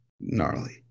Gnarly